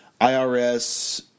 IRS